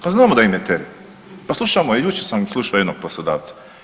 Pa znamo da im je teret, pa slušamo, jučer sam slušao jednog poslodavca.